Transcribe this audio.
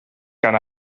gan